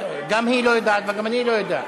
גם היא לא יודעת וגם אני לא יודע.